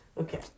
Okay